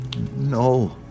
No